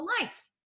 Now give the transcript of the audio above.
life